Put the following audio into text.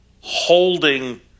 holding